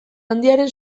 handiaren